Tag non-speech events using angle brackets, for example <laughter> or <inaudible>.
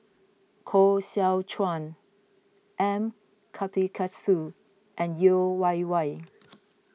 Koh Seow Chuan M Karthigesu and Yeo Wei Wei <noise>